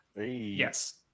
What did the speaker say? Yes